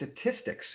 statistics